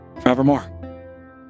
forevermore